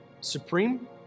supreme